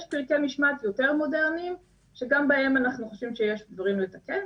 יש פרקי משמעת יותר מודרניים שגם בהם אנחנו חושבים שיש דברים לתקן.